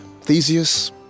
Theseus